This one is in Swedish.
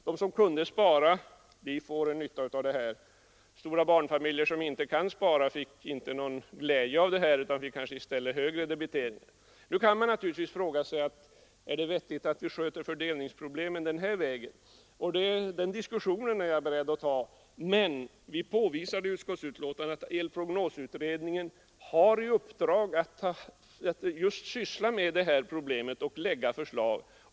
De som kan spara drar nytta av en sådan ordning, men stora barnfamiljer som inte kan spara får ingen glädje av den utan i stället kanske en högre debitering. Man kan naturligtvis fråga sig om det är vettigt att sköta fördelningsproblemen den här vägen, och en diskussion om det är jag beredd att ta. Vi pekar emellertid i betänkandet på att elprognosutredningen har i uppdrag just att syssla med den här frågan och lägga fram förslag.